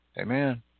Amen